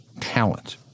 talent